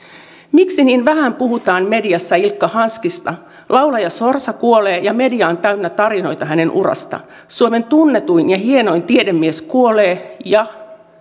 miksi niin vähän puhutaan mediassa ilkka hanskista laulaja sorsa kuolee ja media on täynnä tarinoita hänen urastaan suomen tunnetuin ja hienoin tiedemies kuolee ja